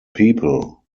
people